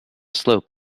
slope